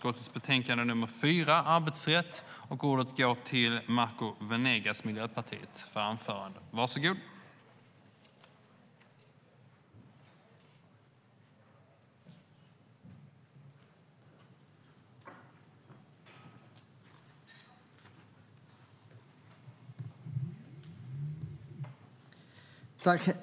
§ 7)